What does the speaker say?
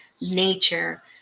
nature